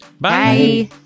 Bye